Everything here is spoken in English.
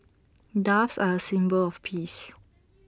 doves are A symbol of peace